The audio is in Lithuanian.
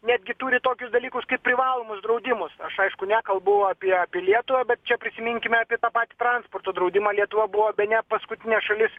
netgi turi tokius dalykus kaip privalomus draudimus aš aišku nekalbu apie apie lietuvą bet čia prisiminkime apie tą patį transporto draudimą lietuva buvo bene paskutinė šalis